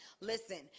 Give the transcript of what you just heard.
Listen